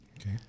Okay